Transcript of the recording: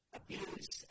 abuse